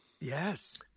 Yes